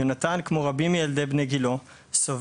יונתן כמו רבים מילדים בני גילו סובל